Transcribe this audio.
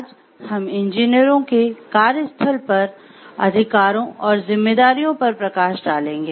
आज हम इंजीनियरों के कार्यस्थल पर अधिकारों और जिम्मेदारियों पर प्रकाश डालेंगे